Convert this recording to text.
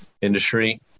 industry